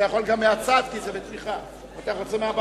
בבקשה, אדוני.